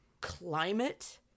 climate